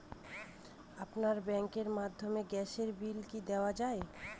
আপনার ব্যাংকের মাধ্যমে গ্যাসের বিল কি দেওয়া য়ায়?